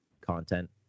content